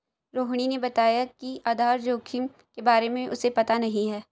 रोहिणी ने बताया कि आधार जोखिम के बारे में उसे पता नहीं है